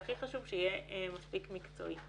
והכי חשוב שיהיה מספיק מקצועי.